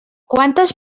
quantes